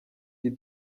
die